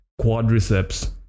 quadriceps